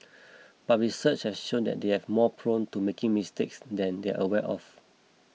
but research has shown that they are more prone to making mistakes than they are aware of